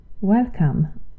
Welcome